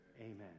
Amen